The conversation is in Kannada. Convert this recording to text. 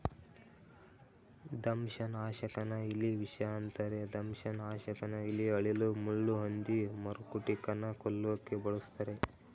ದಂಶನಾಶಕನ ಇಲಿವಿಷ ಅಂತರೆ ದಂಶನಾಶಕನ ಇಲಿ ಅಳಿಲು ಮುಳ್ಳುಹಂದಿ ಮರಕುಟಿಕನ ಕೊಲ್ಲೋಕೆ ಬಳುಸ್ತರೆ